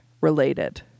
related